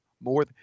more